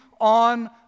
on